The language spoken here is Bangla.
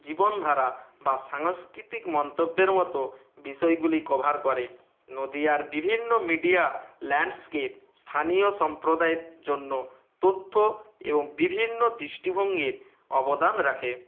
জীবনধারা বা সাংস্কৃতিক মন্তব্যের মতো বিষয়গুলি কভার করে নদীয়ার বিভিন্ন মিডিয়া ল্যান্ডস্কেপ স্থানীয় সম্প্রদায়ের জন্য তথ্য এবং বিভিন্ন দৃষ্টিভঙ্গির অবদান রাখে